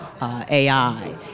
AI